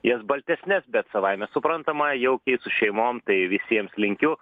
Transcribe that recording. jas baltesnes bet savaime suprantama jaukiai su šeimom tai visiems linkiu